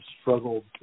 struggled